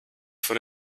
for